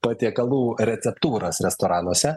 patiekalų receptūras restoranuose